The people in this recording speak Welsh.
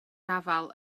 gafael